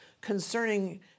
concerning